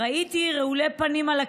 ראיתי רעולי פנים על הכביש,